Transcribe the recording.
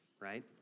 right